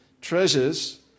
treasures